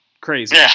Crazy